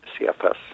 CFS